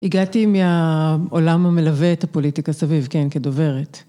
הגעתי מהעולם המלווה את הפוליטיקה סביב, כן, כדוברת.